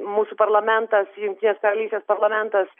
mūsų parlamentas jungtinės karalystės parlamentas